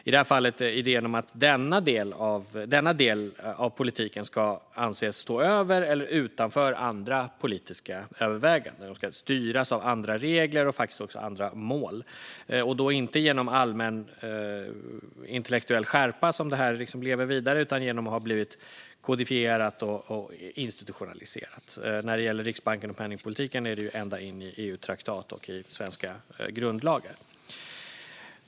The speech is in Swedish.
I det här fallet handlar det om idén att denna del av politiken ska anses stå över eller utanför andra politiska överväganden och styras av andra regler och faktiskt också av andra mål. Och det är då inte genom allmän, intellektuell skärpa som detta lever vidare, utan genom att det har blivit kodifierat och institutionaliserat. När det gäller Riksbanken och penningpolitiken går det ju ända in i EU-traktat och i svenska grundlagar.